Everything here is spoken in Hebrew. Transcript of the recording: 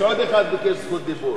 יש עוד אחד שביקש זכות דיבור,